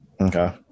Okay